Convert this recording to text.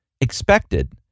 expected